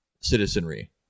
citizenry